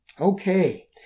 Okay